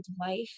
life